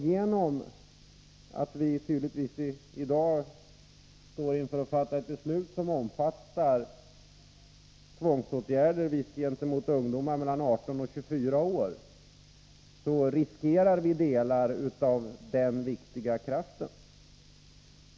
Genom att vi i dag tydligtvis står inför att fatta ett beslut som omfattar tvångsåtgärder gentemot ungdomar mellan 18 och 24 år, riskerar vi delar av denna viktiga kraft.